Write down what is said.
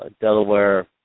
Delaware